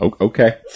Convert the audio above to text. Okay